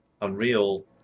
Unreal